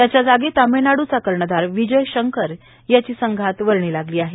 त्याच्या जागी तामिळनाड्रवा कर्णधार विजयशंकर याची संघात वर्णी लागली आहे